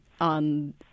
on